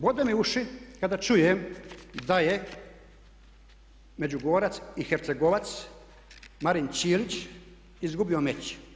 Bode me uši kada čujem da je Međugorac i Hercegovac Marin Ćilić izgubio meč.